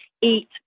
Eat